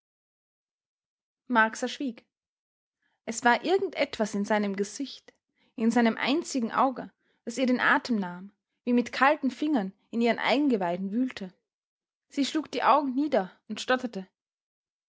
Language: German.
schwieg es war irgend etwas in seinem gesicht in seinem einzigen auge das ihr den atem nahm wie mit kalten fingern in ihren eingeweiden wühlte sie schlug die augen nieder und stotterte